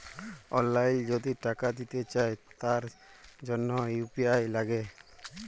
অললাইল যদি টাকা দিতে চায় তার জনহ ইউ.পি.আই লাগে